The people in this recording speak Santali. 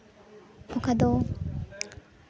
ᱚᱠᱟᱫᱚ